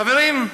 חברים,